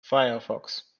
firefox